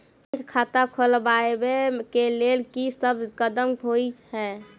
Bank खाता खोलबाबै केँ लेल की सब कदम होइ हय?